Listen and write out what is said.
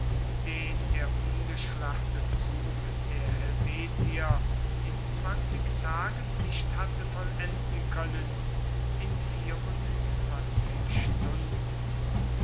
den der ungeschlachte zug der helvetier in zwanzig tagen nicht hatte vollenden können in vierundzwanzig stunden